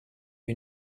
you